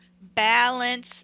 balance